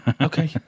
Okay